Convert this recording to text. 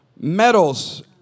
medals